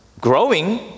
growing